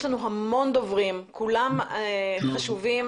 יש לנו המון דוברים שכולם חשובים.